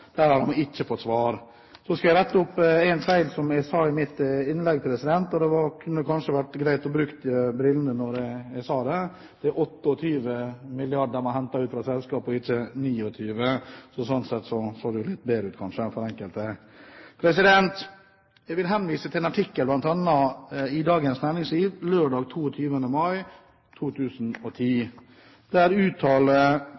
har man ikke fått svar på. Så vil jeg rette opp en feil i mitt innlegg; det hadde kanskje vært greit å bruke brillene da jeg sa det. Det er 28 mrd. kr man har hentet ut fra selskapet, og ikke 29 mrd. kr. Sånn sett ser det kanskje litt bedre ut for enkelte. Jeg vil henvise til en artikkel bl.a. i Dagens Næringsliv lørdag 22. mai